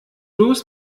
los